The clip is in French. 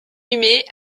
inhumé